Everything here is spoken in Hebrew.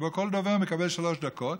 שבו כל דובר מקבל שלוש דקות".